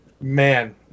man